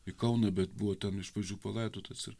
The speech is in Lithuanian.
į kauną bet buvo ten iš pradžių palaidotas ir